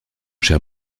cher